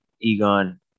Egon